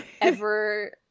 ever-